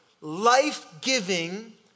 life-giving